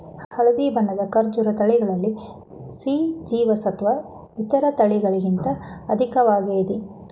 ಹಳದಿ ಬಣ್ಣದ ಕರ್ಬೂಜ ತಳಿಗಳಲ್ಲಿ ಸಿ ಜೀವಸತ್ವ ಇತರ ತಳಿಗಳಿಗಿಂತ ಅಧಿಕ್ವಾಗಿದೆ